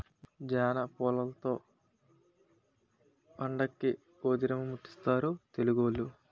జనపుల్లలతో పండక్కి భోధీరిముట్టించుతారు తెలుగోళ్లు